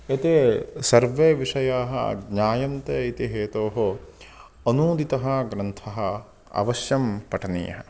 यत् सर्वे विषयाः ज्ञायन्ते इति हेतोः अनूदितः ग्रन्थः अवश्यं पठनीयः